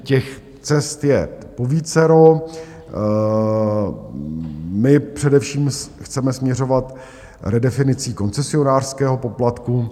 Těch cest je povícero, my především chceme směřovat k redefinici koncesionářského poplatku.